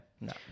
No